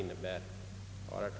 Herr talman!